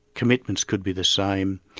commitments could be the same.